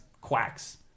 Quacks